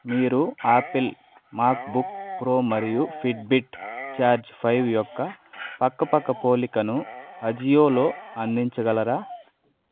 మీరు Apple MacBook Pro మరియు Fitbit Charge five యొక్క పక్కపక్క పోలికను అజియోలో అందించగలరా